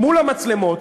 מול המצלמות,